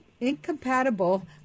incompatible